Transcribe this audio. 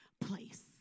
place